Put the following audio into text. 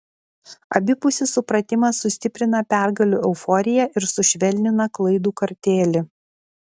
abipusis supratimas sustiprina pergalių euforiją ir sušvelnina klaidų kartėlį